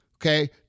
Okay